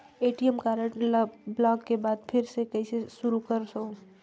ATM card ल block के बाद फिर ले कइसे शुरू करव?